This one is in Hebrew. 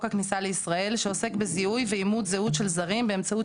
הכניסה לישראל שעוסק בזיהוי ואימות זהות של זרים באמצעות